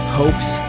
hopes